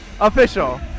official